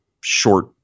short